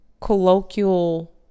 colloquial